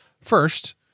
First